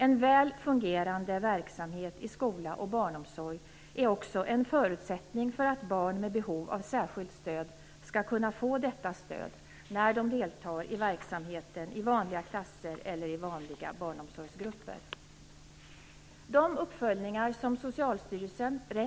En väl fungerande verksamhet i skola och barnomsorg är också en förutsättning för att barn med behov av särskilt stöd skall kunna få detta stöd när de deltar i verksamheten i vanliga klasser eller i vanliga barnomsorgsgrupper.